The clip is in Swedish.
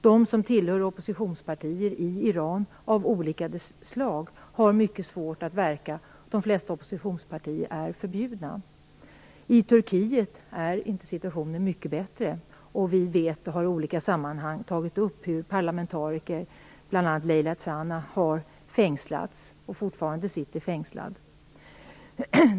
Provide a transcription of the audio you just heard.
De som tillhör oppositionspartier av olika slag i Iran har mycket svårt att verka. De flesta oppositionspartier är förbjudna. I Turkiet är situationen inte mycket bättre. Vi vet och har i olika sammanhang tagit upp hur parlamentariker, bl.a. Leyla Zana, har fängslats och fortfarande sitter fängslade.